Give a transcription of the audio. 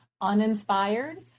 uninspired